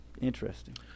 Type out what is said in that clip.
Interesting